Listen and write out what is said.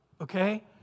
Okay